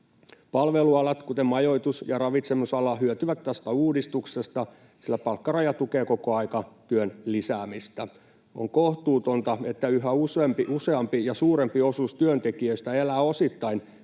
Palvelualat, kuten majoitus- ja ravitsemusala, hyötyvät tästä uudistuksesta, sillä palkkaraja tukee kokoaikatyön lisäämistä. On kohtuutonta, että yhä useampi ja suurempi osuus työntekijöistä elää osittain